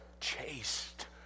chaste